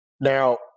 Now